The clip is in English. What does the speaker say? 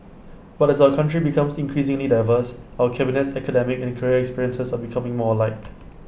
but as our country becomes increasingly diverse our cabinet's academic and career experiences are becoming more alike